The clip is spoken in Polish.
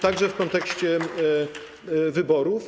Także w kontekście wyborów.